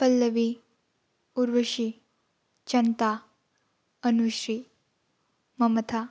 पल्लबि उरबुसि चनता आनुशि ममता